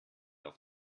auf